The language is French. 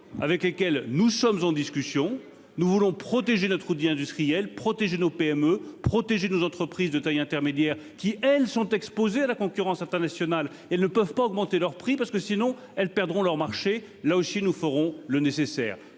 avec lesquels nous sommes en discussion. Nous voulons protéger notre outil industriel protéger nos PME protéger nos entreprises de taille intermédiaire qui elles sont exposées à la concurrence internationale et ne peuvent pas augmenter leurs prix parce que sinon elles perdront leur marché, là aussi, nous ferons le nécessaire.